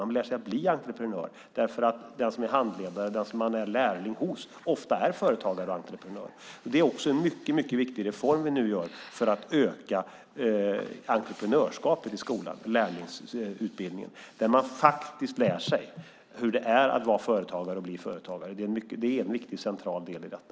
Man lär sig att bli entreprenör därför att den som är handledare och den som man är lärling hos ofta är företagare och entreprenör. Lärlingsutbildningen är en mycket viktig reform vi nu gör för att öka entreprenörskapet i skolan. Där lär man sig hur det faktiskt är att vara företagare och bli företagare. Det är en viktig och central del i detta.